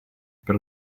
per